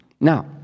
Now